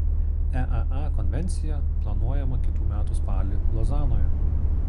eaa konvencija planuojama kitų metų spalį lozanoje